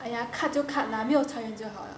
!aiya! cut 就 cut lah 没有裁员就好了